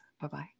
Bye-bye